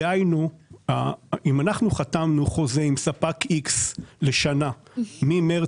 דהיינו אם אנחנו חתמנו חוזה עם ספק X לשנה ממרץ